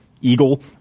Eagle